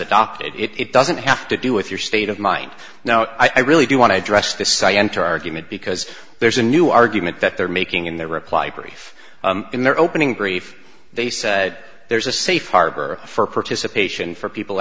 adopted it it doesn't have to do with your state of mind now i really do want to address this i enter argument because there's a new argument that they're making in their reply brief in their opening brief they said there's a safe harbor for participation for people